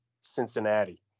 Cincinnati